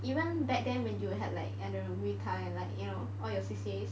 even back then when you had like and then like all your C_C_As